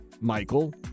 Michael